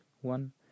one